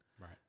Right